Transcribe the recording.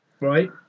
Right